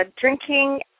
drinking